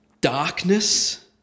Darkness